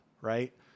right